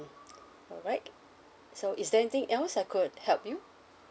alright so is there anything else I could help you